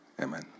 Amen